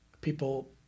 people